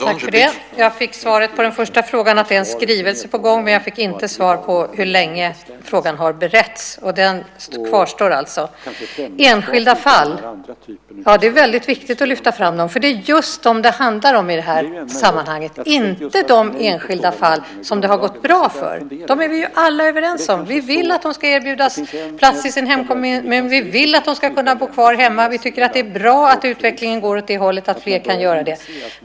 Herr talman! Jag fick svaret på den första frågan att det är en skrivelse på gång, men jag fick inte svar på hur länge frågan har beretts. Den frågan kvarstår alltså. Det är väldigt viktigt att lyfta fram enskilda fall. Det är just de det handlar om i det här sammanhanget. Det handlar inte om de enskilda fall där det har gått bra. De är vi alla överens om. Vi vill att barnen ska erbjudas plats i sin hemkommun. Vi vill att de ska kunna bo kvar hemma. Vi tycker att det är bra att utvecklingen går åt det hållet att fler kan göra det.